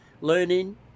Learning